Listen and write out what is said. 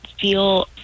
feel